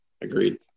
agreed